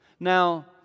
Now